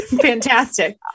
fantastic